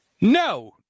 No